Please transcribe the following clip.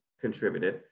contributed